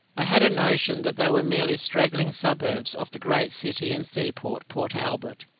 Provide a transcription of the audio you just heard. i had a notion that they were merely straggling suburbs of the great city and seaport, port albert.